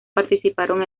participaron